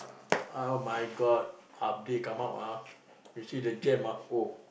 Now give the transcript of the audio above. oh-my-god half day come out ah you see the jam ah oh